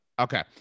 Okay